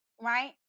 right